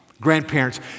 Grandparents